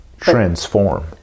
Transform